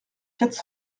quatre